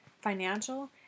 financial